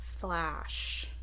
Flash